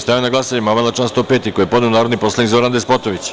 Stavljam na glasanje amandman na član 105. koji je podneo narodni poslanik Zoran Despotović.